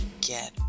Get